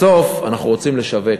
בסוף אנחנו רוצים לשווק.